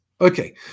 Okay